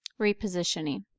repositioning